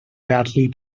badly